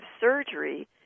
surgery